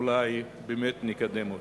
אולי באמת נקדם אותה.